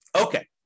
Okay